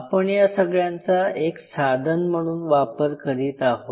आपण या सगळ्यांचा एक साधन म्हणून वापर करीत आहोत